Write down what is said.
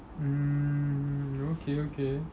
mm okay okay